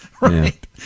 Right